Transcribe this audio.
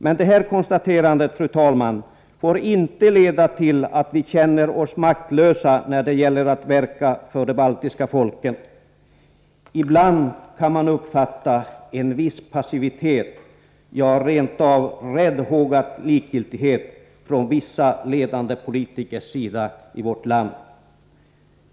Men detta konstaterande, fru talman, får inte leda till att vi känner oss maktlösa när det gäller att verka för de baltiska folken. Ibland kan man uppfatta en viss passivitet, ja, rent av räddhågad likgiltighet från vissa ledande politikers sida i vårt land.